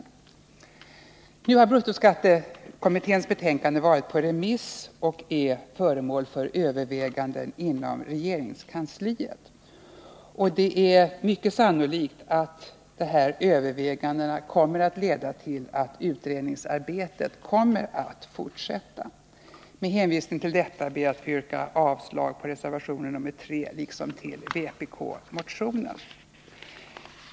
Nr 115 Bruttoskattekommitténs betänkande har varit på remiss och är nu föremål för överväganden inom regeringskansliet. Det är mycket sannolikt att dessa överväganden leder till att utredningsarbetet kommer att fortsätta. Med hänvisning till det anförda ber jag att få yrka avslag på reservationen 3 liksom på vpk-motionen.